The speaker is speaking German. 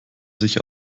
sich